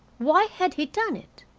why had he done it?